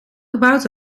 gebouwd